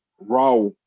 Raw